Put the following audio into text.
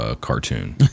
cartoon